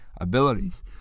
abilities